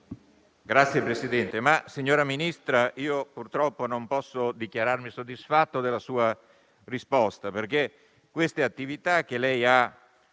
Signora Presidente, signora Ministra, purtroppo non posso dichiararmi soddisfatto della sua risposta, perché queste attività che ha